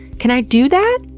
can i do that?